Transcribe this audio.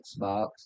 Xbox